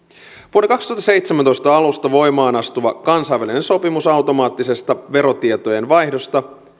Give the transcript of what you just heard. vuoden kaksituhattaseitsemäntoista alusta voimaan astuva kansainvälinen sopimus automaattisesta verotietojen vaihdosta